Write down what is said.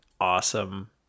awesome